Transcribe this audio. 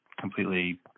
completely